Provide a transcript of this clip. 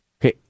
Okay